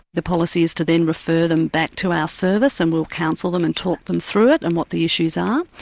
the policy is to then refer them back to our service, and we'll counsel them and talk them through it, and what the issues are.